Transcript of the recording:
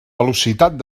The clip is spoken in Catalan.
velocitat